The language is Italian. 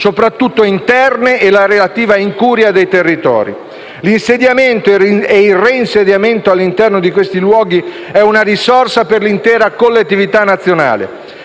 soprattutto interne, e la relativa incuria dei territori. L'insediamento e il reinsediamento all'interno di questi luoghi è una risorsa per l'intera collettività nazionale,